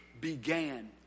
began